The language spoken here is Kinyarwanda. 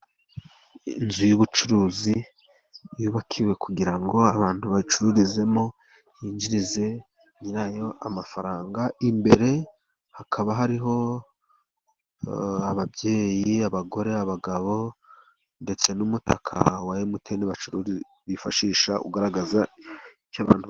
Inzu y'ubucuruzi yubakiwe kugira ngo abantu bacururizemo yinjirize nyirayo amafaranga, imbere hakaba hariho ababyeyi, abagore, abagabo ndetse n'umutaka wa MTN bifashisha ugaragaza icyo abantu.